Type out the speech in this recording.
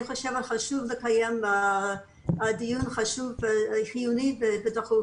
חשוב לקיים דיון חיוני ודחוף.